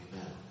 Amen